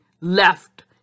left